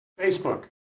Facebook